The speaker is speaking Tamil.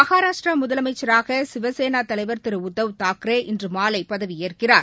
மகாராஷ்டிராமுதலமைச்சராகசிவசேனாதலைவர் திருஉத்தவ் தாக்ரே இன்றுபதவியேற்கிறார்